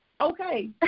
Okay